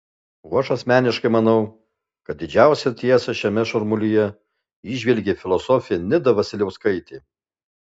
o aš asmeniškai manau kad didžiausią tiesą šiame šurmulyje įžvelgė filosofė nida vasiliauskaitė